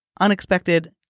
Unexpected